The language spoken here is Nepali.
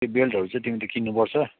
त्यो बेल्टहरू चाहिँ तिमीले किन्नुपर्छ